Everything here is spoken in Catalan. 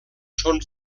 són